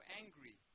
angry